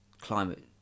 climate